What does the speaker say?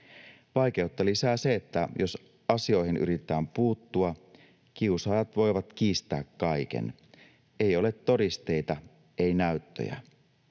Vaikeutta lisää se, että jos asioihin yritetään puuttua, kiusaajat voivat kiistää kaiken: ei ole todisteita, ei näyttöjä.